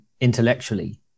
intellectually